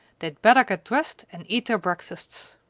they'd better get dressed and eat their breakfasts.